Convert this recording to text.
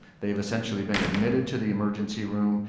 they have essentially been embedded to the emergency room,